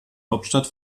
hauptstadt